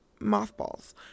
mothballs